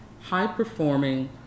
high-performing